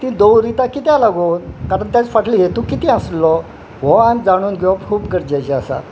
ती दवरिता कित्या लागून कारण ताज्या फाटली हेतू कितें आसलो हो आमी जाणून घेवप खूब गरजेचे आसा